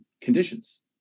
conditions